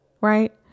Right